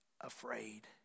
afraid